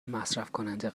مصرفکننده